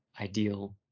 ideal